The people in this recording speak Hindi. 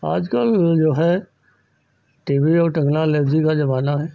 आजकल जो है टी वी और टेक्नोलॉजी का ज़माना है